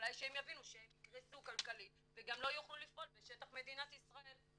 אולי שהם יבינו שהם יקרסו כלכלית וגם לא יוכלו לפעול בשטח מדינת ישראל.